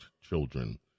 children